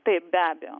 taip be abejo